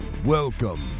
Welcome